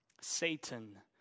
Satan